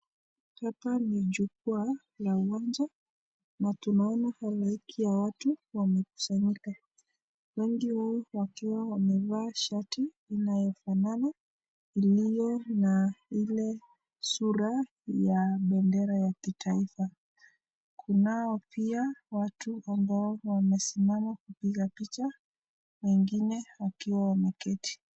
Haoa ni jukwaa la uwanja na tunaona halaiki ya watu wamekusanyika wengi wao wakiwa wamevaa shati ambayo zinafanana, iliyo na ile sura ya rangi ya bendera ya kitaifa. Kunao pia watu wamesimama wakipiga picha wengine wakiwa wameketi.